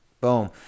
Boom